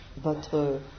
votre